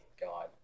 god